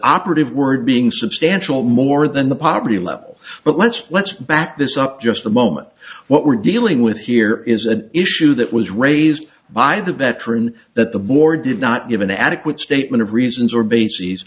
operative word being substantial more than the poverty level but let's let's back this up just a moment what we're dealing with here is an issue that was raised by the veteran that the board did not give an adequate statement of reasons or ba